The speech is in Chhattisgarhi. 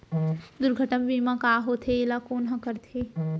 दुर्घटना बीमा का होथे, एला कोन ह करथे?